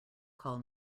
call